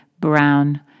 brown